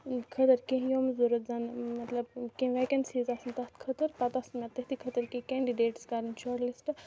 خٲطر کینٛہہ یِم ضرورت زَنہٕ مطلب کیٚنہہ ویکینسیٖز آسن تَتھ خٲطر پَتہٕ آسَن مےٚ تٔتھی خٲطرٕ کیٚنہہ کینڈِڈیٹٕس کَرٕنۍ شاٹ لِسٹہٕ